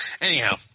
Anyhow